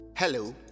Hello